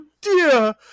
dear